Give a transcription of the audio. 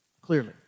clearly